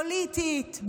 פוליטית,